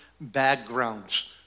backgrounds